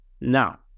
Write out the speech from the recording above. Now